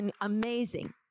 amazing